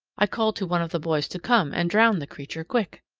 i called to one of the boys to come and drown the creature quick!